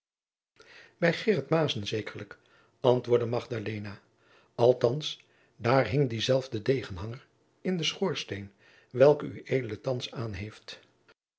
zekerlijk antwoordde magdalena althands daar hing diezelfde degenhanger in den schoorsteen welke ued thands aan heeft